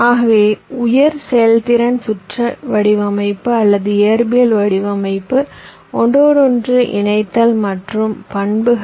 ஆகவே உயர் செயல்திறன் சுற்று வடிவமைப்பு அல்லது இயல் வடிவமைப்பு இணைப்பு வடிவமைப்பு மற்றும் பண்புகள